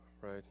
right